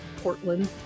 Portland